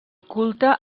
culte